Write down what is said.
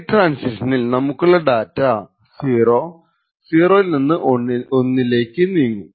ഈ ട്രാന്സിഷനിൽ നമുക്കുള്ള ഡാറ്റ 0 0 ൽ നിന്ന് 1 ലേക്ക് നീങ്ങും